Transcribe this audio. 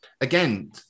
again